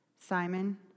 Simon